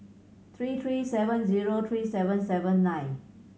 three three seven zero three seven seven nine